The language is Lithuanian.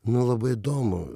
nu labai įdomu